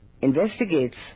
investigates